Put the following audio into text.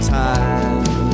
time